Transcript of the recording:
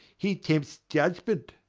he tempts judgment.